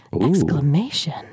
Exclamation